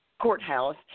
Courthouse